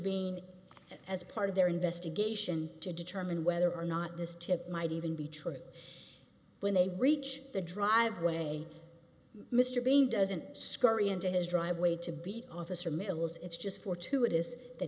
being as part of their investigation to determine whether or not this tip might even be true when they reach the driveway mr bean doesn't scare into his driveway to beat officer mills it's just fortuitous that